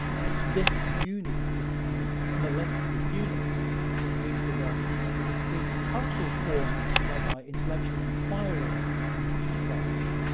and it's this unit, this kind of molecular unit that gives the west its distinctive cultural form whereby intellectual inquiry can flourish.